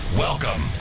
Welcome